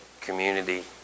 community